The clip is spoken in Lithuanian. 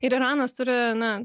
ir iranas turi na